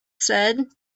said